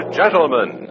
gentlemen